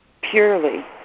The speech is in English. purely